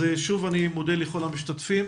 אני מודה לכל המשתתפים.